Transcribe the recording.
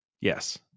Yes